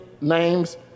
names